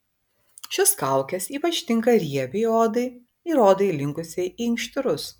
šios kaukės ypač tinka riebiai odai ir odai linkusiai į inkštirus